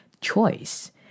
choice